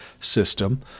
system